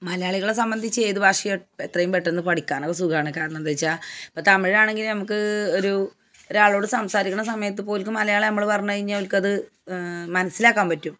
മലയാളികളെ സംബന്ധിച്ച് ഏത് ഭാഷയും എത്രയും പെട്ടെന്ന് പഠിക്കാൻ സുഖമാണ് കരണം എന്താണെന്ന് വച്ചാൽ ഇപ്പോൾ തമിഴാണെങ്കിലും നമുക്ക് ഒരു ഒരാളോട് സംസാരിക്കുന്ന സമയത്ത് പോലും ഓൽക് മലയാളം പറഞ്ഞ് കഴിഞ്ഞാൽ ഓൽക് അത് മനസിലാക്കാൻ പറ്റും